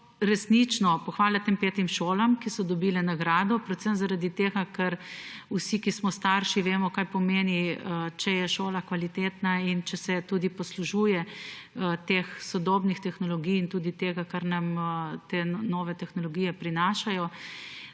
resnično pohvale tem petim šolam, ki so dobile nagrado, predvsem zaradi tega ker vsi, ki smo starši, vemo, kaj pomeni, če je šola kvalitetna in če se tudi poslužuje sodobnih tehnologij in tega, kar nam te nove tehnologije prinašajo.